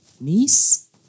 niece